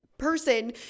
Person